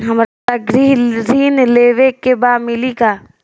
हमरा गृह ऋण लेवे के बा मिली का?